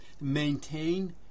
maintain